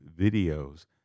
videos